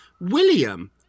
William